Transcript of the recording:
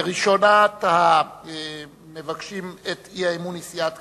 ראשונת המבקשים את האי-אמון היא סיעת קדימה,